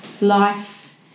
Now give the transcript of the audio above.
life